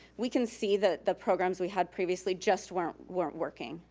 we can see that the programs we had previously just weren't weren't working.